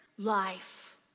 Life